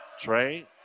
Trey